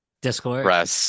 Discord